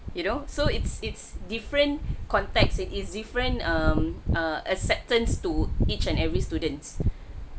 you know so it's it's different context it is different um uh acceptance to each and every students